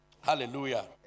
hallelujah